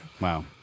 Wow